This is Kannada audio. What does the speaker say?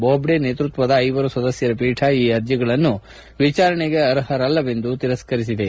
ಬೋಬ್ಡೆ ನೇತೃತ್ವದ ಐವರು ಸದಸ್ಕರ ಪೀಠ ಈ ಆರ್ಜಗಳನ್ನು ವಿಚಾರಣೆಗೆ ಅರ್ಷರಲ್ಲವೆಂದು ತಿರಸ್ಕರಿಸಿದೆ